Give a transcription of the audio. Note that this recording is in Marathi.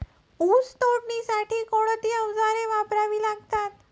ऊस तोडणीसाठी कोणती अवजारे वापरावी लागतात?